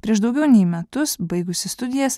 prieš daugiau nei metus baigusi studijas